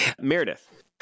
Meredith